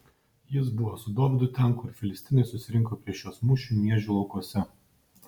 jis buvo su dovydu ten kur filistinai susirinko prieš juos mūšiui miežių laukuose